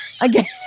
again